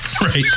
Right